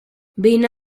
vine